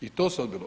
I to se odbilo.